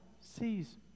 sees